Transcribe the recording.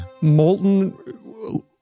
molten